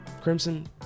Crimson